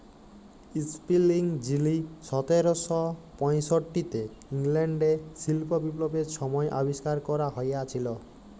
spinning যিলি সতের শ পয়ষট্টিতে ইংল্যাল্ডে শিল্প বিপ্লবের ছময় আবিষ্কার ক্যরা হঁইয়েছিল